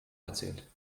erzählt